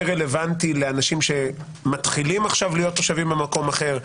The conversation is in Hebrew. רלוונטי לאנשים שמתחילים עכשיו להיות תושבים במקום אחר,